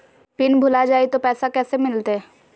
Pin भूला जाई तो पैसा कैसे मिलते?